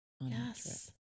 Yes